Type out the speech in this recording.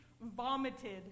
vomited